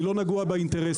אני לא נגוע באינטרס